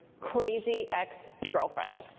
crazy ex-girlfriend.